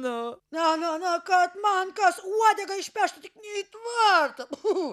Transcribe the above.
na na na kad man kas uodegą išpeštų tik ne į tvartą